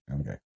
Okay